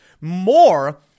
more